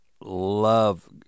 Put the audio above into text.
love